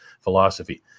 philosophy